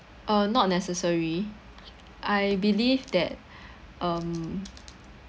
uh not necessary I believe that um